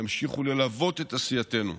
ימשיכו ללוות את עשייתנו.